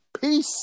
Peace